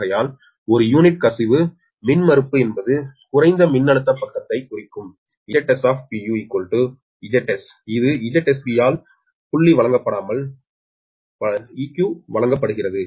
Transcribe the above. ஆகையால் ஒரு யூனிட் கசிவு மின்மறுப்பு என்பது குறைந்த மின்னழுத்த பக்கத்தைக் குறிக்கும் Zs Zs இது ZsB ஆல் புள்ளி வழங்கப்பட்டால் eq வழங்கப்படுகிறது